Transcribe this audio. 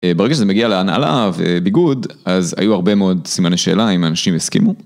ברגע שזה מגיע להנעלה וביגוד אז היו הרבה מאוד סימני שאלה אם האנשים הסכימו.